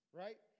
right